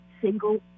single